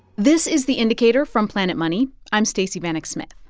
this is the indicator from planet money. i'm stacey vanek smith.